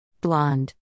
Blonde